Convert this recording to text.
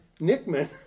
Nickman